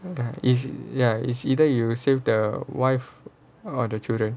is ya it's either you save the wife or the children